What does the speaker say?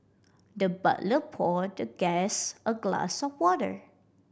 the butler poured the guest a glass of water